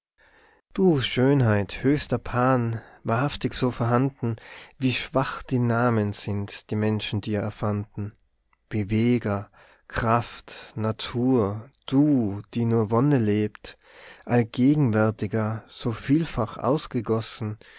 du schönheit höchster plan wahrhaftig so vorhanden wie schwach die namen sind die menschen dir erfanden beweger kraft natur du die nur wonne lebt allgegenwärtiger so vielfach ausgegossen